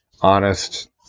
honest